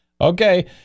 Okay